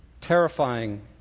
terrifying